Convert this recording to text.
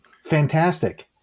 fantastic